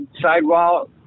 sidewall